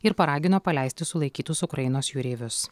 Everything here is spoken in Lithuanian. ir paragino paleisti sulaikytus ukrainos jūreivius